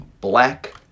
black